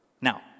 Now